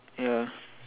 ya